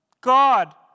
God